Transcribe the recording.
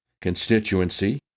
constituency